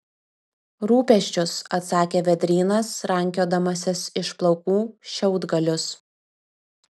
rūpesčius atsakė vėdrynas rankiodamasis iš plaukų šiaudgalius